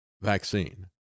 vaccine